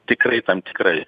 tikrai tam tikrą